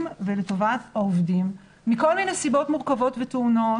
ולטובת העובדים מכל מיני סיבות מורכבות וטעונות.